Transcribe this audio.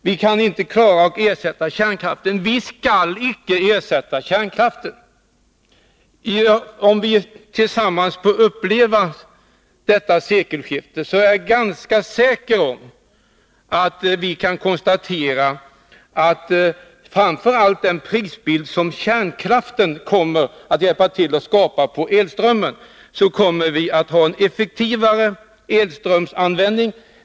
Vi kan inte klara att ersätta kärnkraften. Vi skall inte helt ersätta kärnkraften. Jag är ganska säker på att vi, om vi får uppleva detta sekelskifte, skall kunna konstatera att den prisbild som kärnkraften hjälper till att skapa när det gäller elströmmen leder till att vi får en effektivare elströmsanvändning.